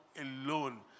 alone